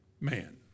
man